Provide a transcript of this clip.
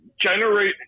generate